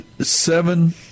seven